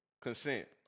Consent